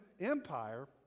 Empire